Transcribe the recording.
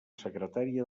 secretària